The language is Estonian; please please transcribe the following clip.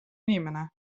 inimene